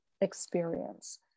experience